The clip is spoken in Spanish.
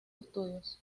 estudios